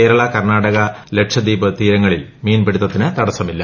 കേരള കർണാടക ലക്ഷദ്വീപ് തീരങ്ങളിൽ മീൻപിടുത്തത്തിന് തടസ്സമില്ല